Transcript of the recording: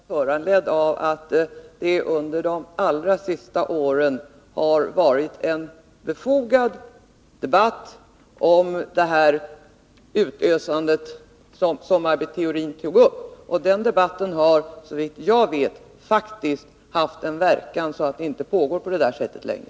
Herr talman! Min fråga var föranledd av att det under de allra senaste åren har förts en fullt befogad debatt om det utösande av medikamenter vilket Maj Britt Theorin tog upp. Den debatten har såvitt jag vet faktiskt också haft en verkan. Man fortsätter inte på samma sätt som förut med detta.